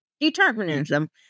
Determinism